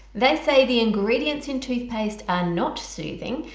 they say the ingredients in toothpaste are not soothing,